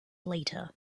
later